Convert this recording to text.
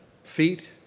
Feet